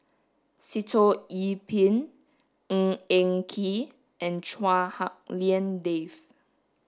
Sitoh Yih Pin Ng Eng Kee and Chua Hak Lien Dave